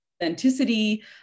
authenticity